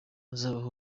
azabaha